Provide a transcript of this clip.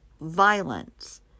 violence